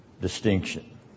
distinction